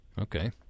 Okay